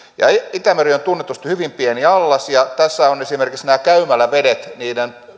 itämeri on on tunnetusti hyvin pieni allas ja tässä esimerkiksi käymälävesien